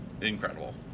incredible